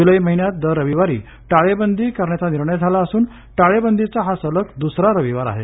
जुलै महिन्यात दर रविवारी टाळेबंदी करण्याचा निर्णय झाला असून टाळेबंदीचा हा सलग दुसरा रविवार आहे